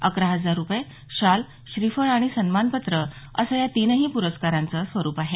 अकरा हजार रुपये शाल श्रीफळ आणि सन्मानपत्र असं या तिन्ही पुरस्कारांचं स्वरुप आहे